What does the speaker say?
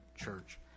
church